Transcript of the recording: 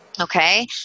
Okay